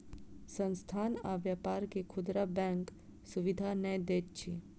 संस्थान आ व्यापार के खुदरा बैंक सुविधा नै दैत अछि